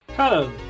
Hello